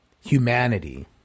humanity